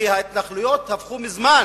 כי ההתנחלויות הפכו מזמן